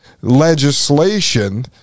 legislation